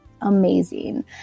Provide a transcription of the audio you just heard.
amazing